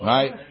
Right